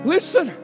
Listen